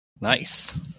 Nice